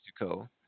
Mexico